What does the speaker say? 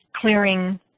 clearing